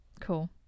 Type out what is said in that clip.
Cool